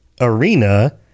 arena